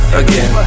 again